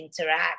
interact